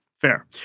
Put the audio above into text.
Fair